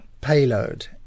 payload